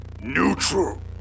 Neutral